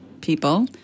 people